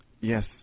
Yes